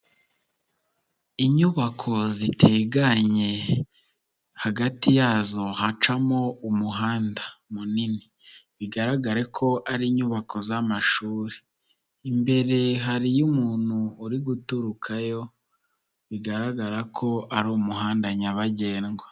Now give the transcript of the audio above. Inyubako ziteganye hagati yazo hacamo umuhanda munini bigaragare ko ari inyubako z'amashuri, imbere hariyo umuntu uri guturuka yo bigaragara ko ari umuhanda nyabagendwa.